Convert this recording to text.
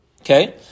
okay